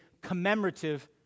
commemorative